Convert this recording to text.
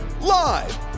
Live